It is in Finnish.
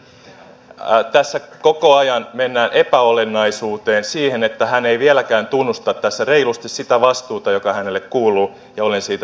näin ollen tässä koko ajan mennään epäolennaisuuteen ja siihen että hän ei vieläkään tunnusta tässä reilusti sitä vastuuta joka hänelle kuuluu ja olen siitä hyvin pahoillani